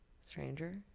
Stranger